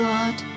God